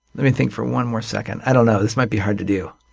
me think for one more second. i don't know. this might be hard to do.